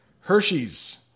Hershey's